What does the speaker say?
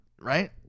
Right